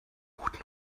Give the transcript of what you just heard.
guten